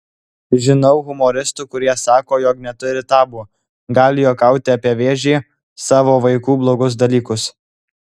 žinau humoristų kurie sako jog neturi tabu gali juokauti apie vėžį savo vaikų blogus dalykus